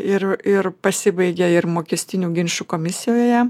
ir ir pasibaigia ir mokestinių ginčų komisijoje